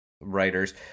writers